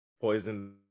poison